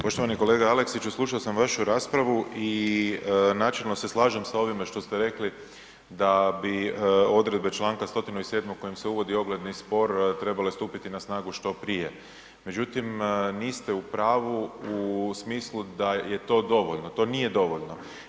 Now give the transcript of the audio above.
Poštovani kolega Aleksiću, slušao sam vašu raspravu i načelno se slažem sa ovime što ste rekli da bi odredbe članka 107. kojim se uvodi ogledni spor trebale stupiti na snagu što prije međutim niste u pravu u smislu da je to dovoljno, to nije dovoljno.